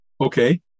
okay